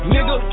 Nigga